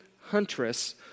huntress